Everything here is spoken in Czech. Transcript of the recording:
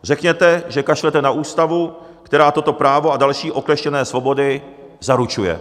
Řekněte, že kašlete na ústavu, která toto právo a další okleštěné svobody zaručuje.